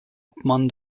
obmann